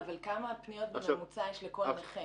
אבל כמה פניות בממוצע יש לכל נכה?